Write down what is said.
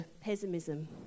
pessimism